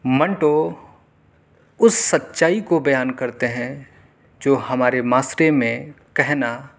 منٹو اس سچائی کو بیان کرتے ہیں جو ہمارے معاشرے میں کہنا